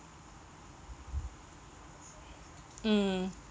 mm